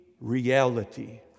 reality